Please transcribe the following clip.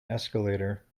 escalator